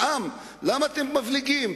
העם, למה אתה מבליגים?